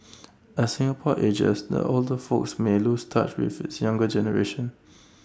as Singapore ages the older folk may lose touch with the younger generation